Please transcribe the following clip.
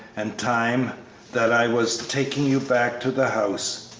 and time that i was taking you back to the house.